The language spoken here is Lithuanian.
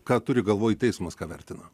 ką turi galvoj teismas ką vertina